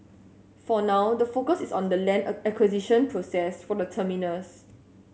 for now the focus is on the land acquisition process for the terminus